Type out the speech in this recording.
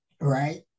Right